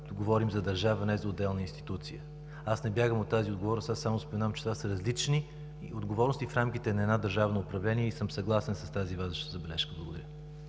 права, говорим за държава, а не за отделни институции. Аз не бягам от тази отговорност, а само споменавам, че това са различни отговорности в рамките на едно държавно управление и съм съгласен с тази Ваша забележка. Благодаря.